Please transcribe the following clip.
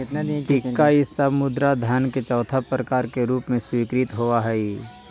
सिक्का इ सब मुद्रा धन के चौथा प्रकार के रूप में स्वीकृत होवऽ हई